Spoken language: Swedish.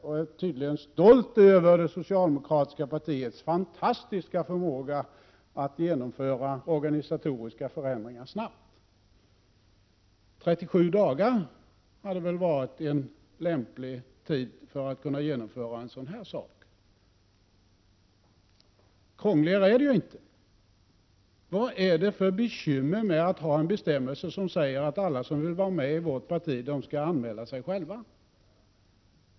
Han är tydligen stolt över det socialdemokratiska partiets fantastiska förmåga att genomföra organisatoriska förändringar snabbt. 37 dagar hade väl varit en lämplig tid för att kunna genomföra en sådan här sak — krångligare är det inte. Vad är det för bekymmer med att ha en bestämmelse som säger att alla som vill vara med i vårt parti skall anmäla sig själva?